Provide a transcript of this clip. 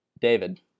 David